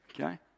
Okay